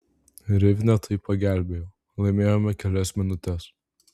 rivne tai pagelbėjo laimėjome kelias minutes